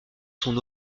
son